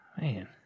Man